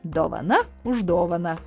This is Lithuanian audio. dovana už dovaną